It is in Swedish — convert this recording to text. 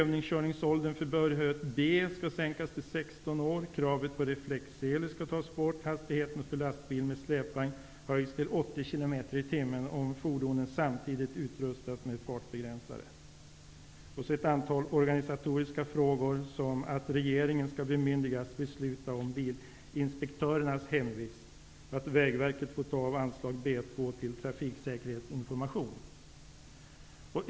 Vidare behandlas i propostionen ett antal organisatoriska frågor såsom att regeringen skall bemyndigas att besluta om bilinspektörernas hemvist och att Vägverket får ta i anspråk medel ur anslaget B 2 till trafiksäkerhetsinformation.